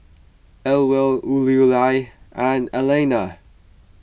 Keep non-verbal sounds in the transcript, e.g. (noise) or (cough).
Ewell (unintelligible) and Elana